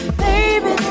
baby